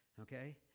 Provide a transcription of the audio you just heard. Okay